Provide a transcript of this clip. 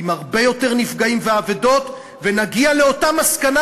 עם הרבה יותר נפגעים ואבדות ונגיע לאותה מסקנה,